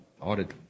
audit